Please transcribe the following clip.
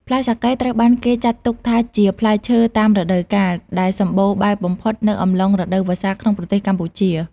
ផ្លែសាកេត្រូវបានគេចាត់ទុកថាជាផ្លែឈើតាមរដូវកាល ដែលសម្បូរបែបបំផុតនៅអំឡុងរដូវវស្សាក្នុងប្រទេសកម្ពុជា។